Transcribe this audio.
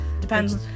depends